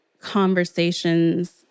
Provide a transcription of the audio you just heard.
conversations